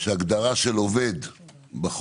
אם אנחנו באמת רוצים להיאבק ביוקר המחיה אנחנו חייבים